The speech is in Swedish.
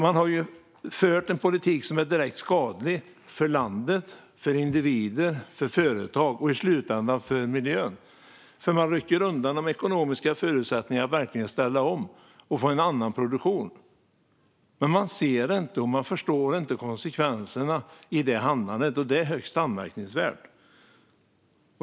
Man har fört en politik som är direkt skadlig för landet, för individer, för företag och i slutändan för miljön eftersom man rycker undan de ekonomiska förutsättningarna för att verkligen ställa om och få en annan produktion. Men man ser inte och förstår inte konsekvenserna av detta handlande, och det är högst anmärkningsvärt.